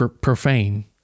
profane